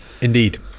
indeed